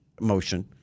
motion